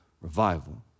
revival